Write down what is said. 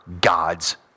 God's